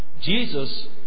Jesus